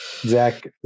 Zach